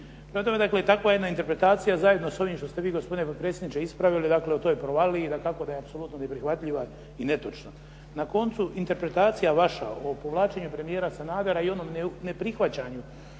Prema tome, dakle takva jedna interpretacija zajedno sa ovim što ste vi gospodine potpredsjedniče ispravili, dakle, u toj provaliji dakako da je apsolutno neprihvatljiva i netočna. Na koncu interpretacija vaša o povlačenju premijera Sanadera i onom neprihvaćanju